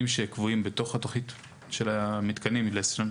אני מנהל 1,300 הרשאות תקציביות באחד וחצי מיליארד שקל עם שישה אנשים.